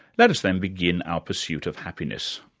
let us, then, begin our pursuit of happiness,